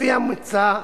לפי המוצע,